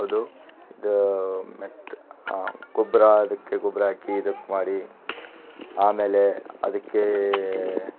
ಅದು ಮತ್ ಆ ಗೊಬ್ಬರ ಅದಕ್ಕೆ ಗೊಬ್ಬರ ಹಾಕಿ ಇದಕ್ಕೆ ಮಾಡಿ ಆಮೇಲೆ ಅದಕ್ಕೇ